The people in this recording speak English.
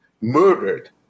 murdered